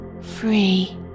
free